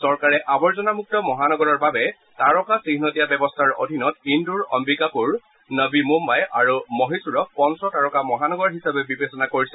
চৰকাৰে আৱৰ্জনামুক্ত মহানগৰৰ বাবে তাৰকা চিহ্ন দিয়া ব্যৱস্থাৰ অধীনত ইন্দোৰ অহ্বিকাপুৰ নবী মূম্বাই আৰু মহীশুৰক পঞ্চ তাৰকা মহানগৰ হিচাপে বিবেচনা কৰিছে